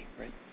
right